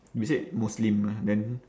you said muslim ah then